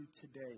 today